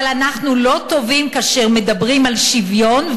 אבל אנחנו לא טובים כאשר מדברים על שוויון,